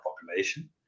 population